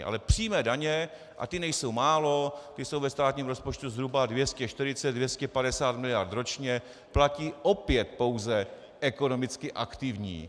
Ale přímé daně, a ty nejsou málo, jsou ve státním rozpočtu zhruba 240 až 250 miliard ročně, platí opět pouze ekonomicky aktivní.